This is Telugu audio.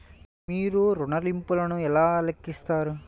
మీరు ఋణ ల్లింపులను ఎలా లెక్కిస్తారు?